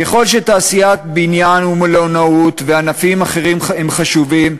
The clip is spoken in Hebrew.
ככל שתעשיית הבניין והמלונאות וענפים אחרים הם חשובים,